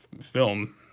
film